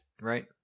Right